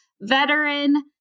veteran